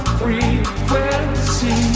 frequency